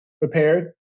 prepared